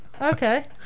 Okay